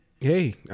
Hey